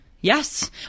Yes